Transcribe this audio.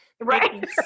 Right